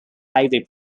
highway